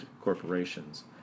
corporations